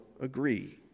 agree